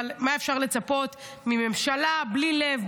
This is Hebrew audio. אבל מה אפשר לצפות מממשלה בלי לב,